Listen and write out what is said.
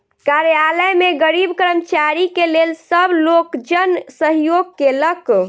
कार्यालय में गरीब कर्मचारी के लेल सब लोकजन सहयोग केलक